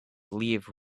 leave